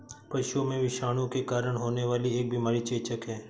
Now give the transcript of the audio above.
पशुओं में विषाणु के कारण होने वाली एक बीमारी चेचक है